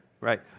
Right